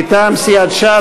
מטעם סיעת ש"ס,